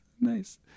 nice